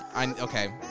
okay